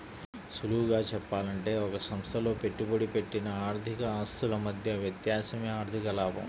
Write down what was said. సులువుగా చెప్పాలంటే ఒక సంస్థలో పెట్టుబడి పెట్టిన ఆర్థిక ఆస్తుల మధ్య వ్యత్యాసమే ఆర్ధిక లాభం